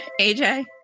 aj